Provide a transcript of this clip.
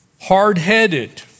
Hard-headed